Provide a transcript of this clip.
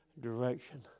direction